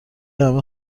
همه